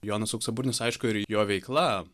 jonas auksaburnis aišku ir jo veikla